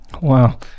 Wow